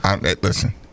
Listen